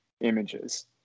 images